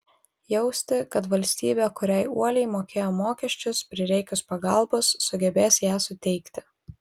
jausti kad valstybė kuriai uoliai mokėjo mokesčius prireikus pagalbos sugebės ją suteikti